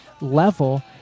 level